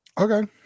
okay